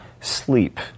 sleep